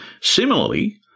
Similarly